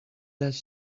does